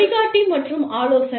வழிகாட்டி மற்றும் ஆலோசனை